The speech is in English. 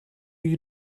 you